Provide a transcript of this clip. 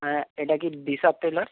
হ্যাঁ এটা কি দিশা টেলার